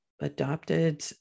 adopted